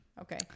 okay